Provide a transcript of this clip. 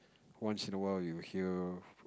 once in a while you hear